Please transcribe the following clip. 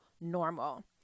normal